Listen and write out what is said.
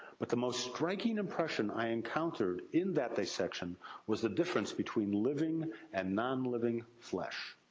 but the most striking impression i encountered in that dissection was the difference between living and non-living flesh.